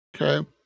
Okay